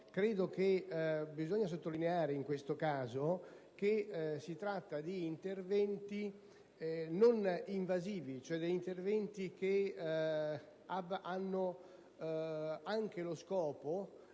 Occorre evidenziare in questo caso che si tratta di interventi non invasivi, cioè di interventi che hanno anche lo scopo,